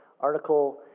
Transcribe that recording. article